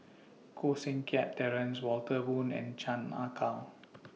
Koh Seng Kiat Terence Walter Woon and Chan Ah Kow